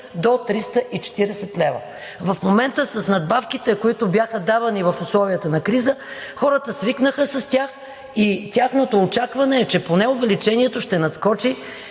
до 340 лв. В момента с надбавките, които бяха давани в условията на криза, хората свикнаха с тях и тяхното очакване е, че поне увеличението ще надскочи